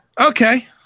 Okay